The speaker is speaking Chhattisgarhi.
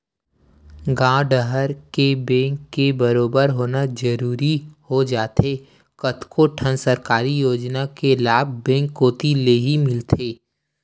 गॉंव डहर के बेंक के बरोबर होना जरूरी हो जाथे कतको ठन सरकारी योजना के लाभ बेंक कोती लेही मिलथे